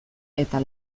eta